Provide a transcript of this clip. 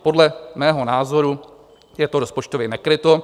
Podle mého názoru je to rozpočtově nekryto.